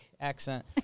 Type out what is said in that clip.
accent